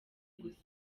gusa